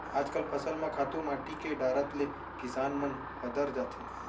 आजकल फसल म खातू माटी के डारत ले किसान मन हदर जाथें